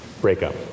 breakup